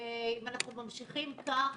אם אנחנו ממשיכים כך,